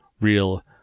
real